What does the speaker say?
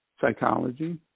psychology